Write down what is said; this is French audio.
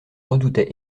redoutait